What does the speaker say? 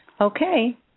Okay